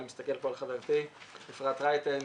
אני מסתכל על חברתי אפרת רייטן,